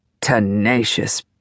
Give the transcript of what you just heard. Tenacious